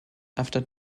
after